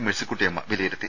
മേഴ്സിക്കുട്ടിയമ്മ വിലയിരുത്തി